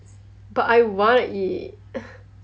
but I wanna eat